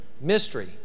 Mystery